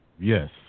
Yes